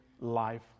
life